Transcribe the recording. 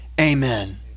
amen